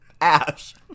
ash